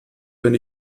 wenn